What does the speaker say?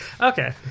Okay